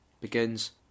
begins